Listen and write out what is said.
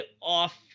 off